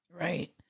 Right